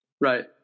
Right